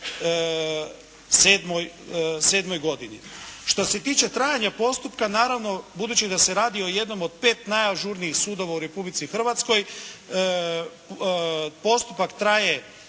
2007. godini. Što se tiče trajanja postupka naravno budući da se radi o jednom od pet najažurnijih sudova u Republici Hrvatskoj postupak traje